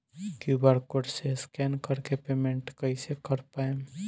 QR code से scan कर के पेमेंट कइसे कर पाएम?